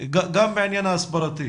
גם בעניין ההסברתי.